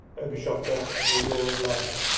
ergushov burst into a roar of laughter,